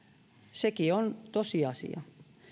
sekin on tosiasia